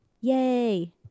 Yay